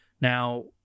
Now